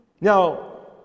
Now